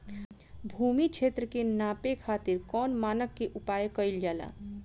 भूमि क्षेत्र के नापे खातिर कौन मानक के उपयोग कइल जाला?